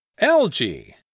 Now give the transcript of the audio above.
Algae